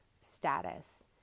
status